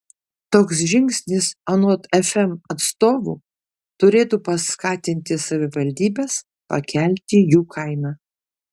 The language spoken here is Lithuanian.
toks žingsnis anot fm atstovų turėtų paskatinti savivaldybes pakelti jų kainą